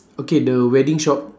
okay the wedding shop